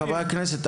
חברי הכנסת,